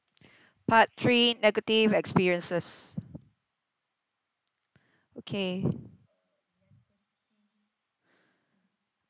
part three negative experiences okay